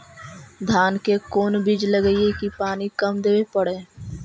धान के कोन बिज लगईऐ कि पानी कम देवे पड़े?